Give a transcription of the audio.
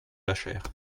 jachère